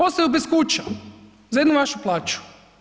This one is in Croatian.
Ostaju bez kuća za jednu vašu plaću.